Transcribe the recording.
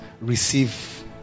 receive